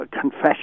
confession